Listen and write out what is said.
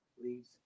Please